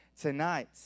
tonight